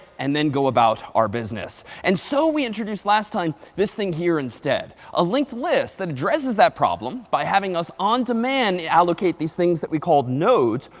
and then go about our business. and so we introduced last time this thing here instead, a linked list that addresses that problem by having us on demand allocate these things that we called nodes,